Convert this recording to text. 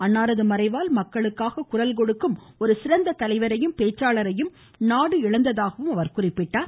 அன்னாரது மறைவால் மக்களுக்காக குரல் கொடுக்கும் ஒரு சிறந்த தலைவரையும் பேச்சாளரையும் நாடு இழந்ததாகவும் அவர் குறிப்பிட்டார்